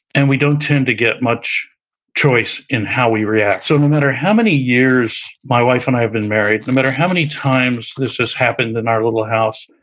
and we don't tend to get much choice in how we react. so no matter how many years my wife and i have been married, no matter how many times this has happened in our little house,